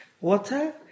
water